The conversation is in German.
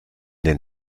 den